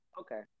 Okay